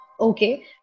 okay